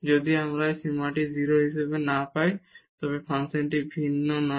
যদি আমরা এই সীমাটি 0 হিসাবে না পাই তবে ফাংশনটি ভিন্ন নয়